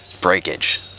breakage